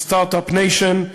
The Start-up Nation.